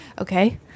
okay